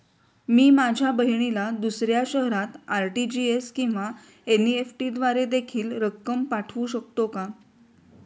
मी माझ्या बहिणीला दुसऱ्या शहरात आर.टी.जी.एस किंवा एन.इ.एफ.टी द्वारे देखील रक्कम पाठवू शकतो का?